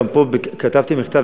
גם פה כתבתי מכתב,